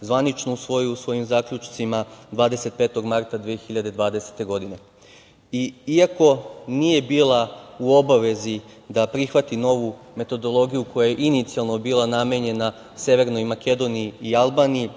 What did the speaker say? zvanično usvojio u svojim zaključcima 25. marta 2020. godine. Iako nije bila u obavezi da prihvati novu metodologiju, koja je inicijalno bila namenjena Severnoj Makedoniji i Albaniji,